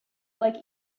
like